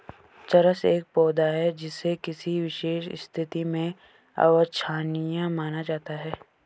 चरस एक पौधा है जिसे किसी विशेष स्थिति में अवांछनीय माना जाता है